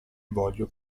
voglio